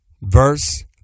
Verse